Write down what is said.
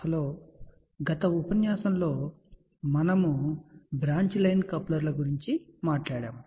hello గత ఉపన్యాసంలో మనము బ్రాంచ్ లైన్ కప్లర్ల గురించి మాట్లాడాము